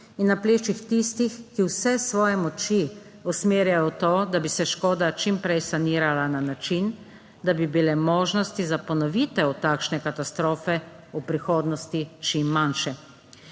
in na plečih tistih, ki vse svoje moči usmerjajo v to, da bi se škoda čim prej sanirala na način, da bi bile možnosti za ponovitev takšne katastrofe v prihodnosti čim manjše.